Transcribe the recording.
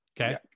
okay